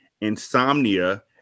insomnia